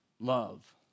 love